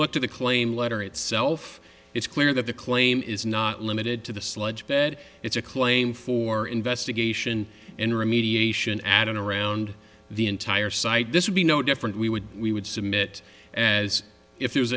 look to the claim letter itself it's clear that the claim is not limited to the sludge bed it's a claim for investigation and remediation add on around the entire site this would be no different we would we would submit as if there